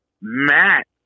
Matt